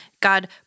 God